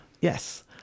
Yes